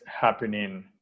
happening